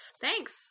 Thanks